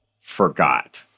forgot